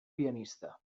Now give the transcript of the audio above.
pianista